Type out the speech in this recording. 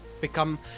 become